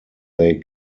they